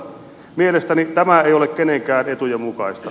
mielestäni tämä ei ole kenenkään etujen mukaista